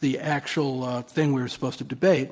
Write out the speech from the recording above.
the actual thing we were supposed to debate,